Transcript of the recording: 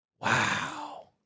Wow